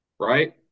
Right